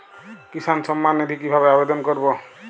কিষান সম্মাননিধি কিভাবে আবেদন করব?